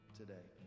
today